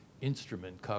instrument